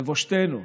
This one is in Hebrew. לבושתנו,